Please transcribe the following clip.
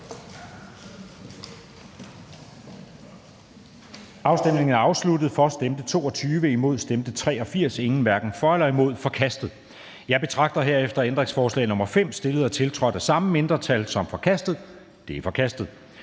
Fonseca (UFG), hverken for eller imod stemte 0. Ændringsforslaget er forkastet. Jeg betragter herefter ændringsforslag nr. 5, stillet og tiltrådt af samme mindretal, som forkastet. Det er forkastet.